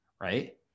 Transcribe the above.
Right